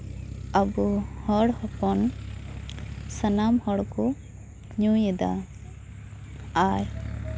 ᱟᱵᱚ ᱦᱚᱲ ᱦᱚᱯᱚᱱ ᱥᱟᱱᱟᱢ ᱦᱚᱲᱠᱚ ᱧᱩᱭᱮᱫᱟ ᱟᱨ